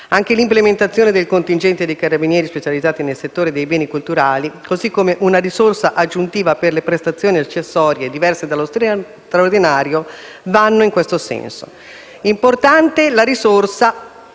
Anche l'implementazione del contingente dei Carabinieri specializzati nel settore dei beni culturali, così come una risorsa aggiuntiva per la prestazione accessorie dallo straordinario, vanno in questo senso. Importante è la risorsa